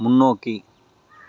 முன்னோக்கி